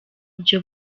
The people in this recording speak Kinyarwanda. byo